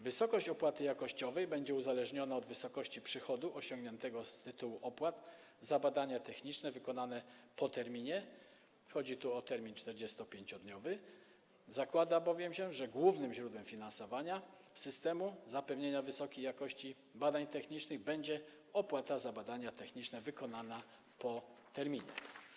Wysokość opłaty jakościowej będzie uzależniona od wysokości przychodu osiągniętego z tytułu opłat za badania techniczne wykonane po terminie, chodzi tu o termin 45-dniowy, zakłada się bowiem, że głównym źródłem finansowania systemu zapewnienia wysokiej jakości badań technicznych będzie opłata za badania techniczne wykonane po terminie.